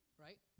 Right